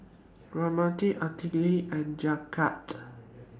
Ramdev Atal and Jagat